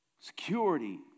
security